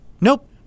Nope